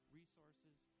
resources